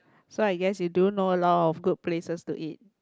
so I guess you do know a lot of good places to eat